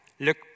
look